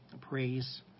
praise